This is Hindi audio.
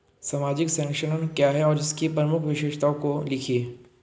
सामाजिक संरक्षण क्या है और इसकी प्रमुख विशेषताओं को लिखिए?